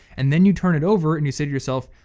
and then you turn it over and you say to yourself,